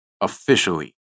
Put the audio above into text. officially